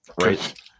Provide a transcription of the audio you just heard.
Right